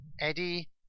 Eddie